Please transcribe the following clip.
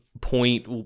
point